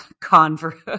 convert